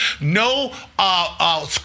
no